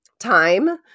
Time